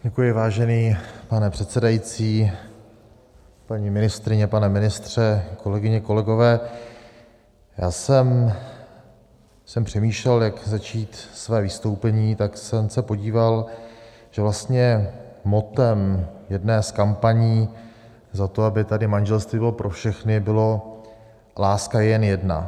Děkuji, vážený pane předsedající, paní ministryně, pane ministře, kolegyně, kolegové, když jsem přemýšlel, jak začít své vystoupení, tak jsem se podíval, že vlastně mottem jedné z kampaní za to, aby tady manželství bylo pro všechny, bylo láska je jen jedna.